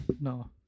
No